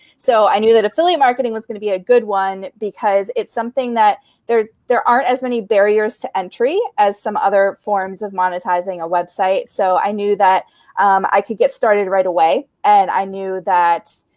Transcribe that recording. so i knew that affiliate marketing was going to be a good one, because it's something that there there aren't as many barriers to entry as some other forms of monetizing a website. so i knew that i could get started right away and i knew that